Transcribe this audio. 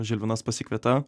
žilvinas pasikvietė